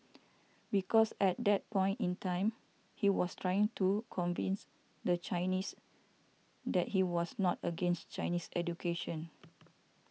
because at that point in time he was trying to convince the Chinese that he was not against Chinese education